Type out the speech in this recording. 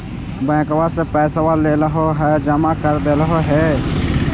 बैंकवा से पैसवा लेलहो है जमा कर देलहो हे?